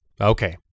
Okay